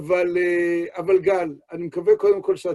אבל... אבל גן, אני מקווה קודם כל שאתה...